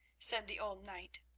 said the old knight